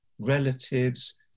relatives